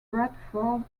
bradford